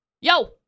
yo